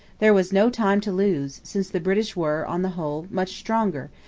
there was no time to lose, since the british were, on the whole, much stronger,